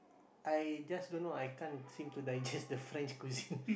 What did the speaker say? I just don't know I can't seem to digest the French cuisine